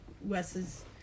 Wes's